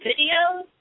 videos